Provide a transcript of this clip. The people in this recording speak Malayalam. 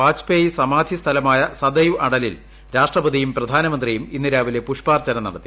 വാജ്പേയ് സമാധി സ്ഥലമായ സദൈവ് അടലിൽ രാഷ്ട്രപതിയും പ്രധാനമന്ത്രിയും ഇന്ന് രാവിലെ പുഷാപർച്ചന നടത്തി